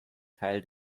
teil